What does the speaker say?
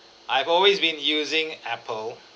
I've always been using Apple